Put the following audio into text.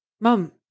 Mom